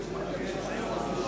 ובכן,